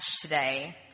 today